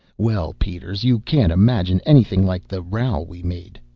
well, peters, you can't imagine anything like the row we made.